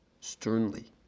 sternly